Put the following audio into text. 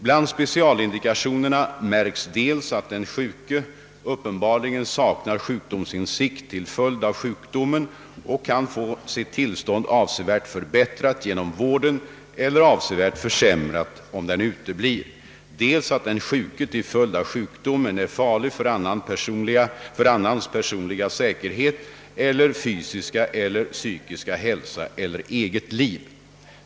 Bland specialindikationerna märks dels att den sjuke uppenbarligen saknar sjukdomsinsikt till följd av sjukdomen och kan få sitt tillstånd avsevärt förbättrat genom vården eller avsevärt försämrat om den uteblir, dels att den sjuke till följd av sjukdomen är farlig för annans personliga säkerhet eller fysiska eller psykiska hälsa eller eget liv.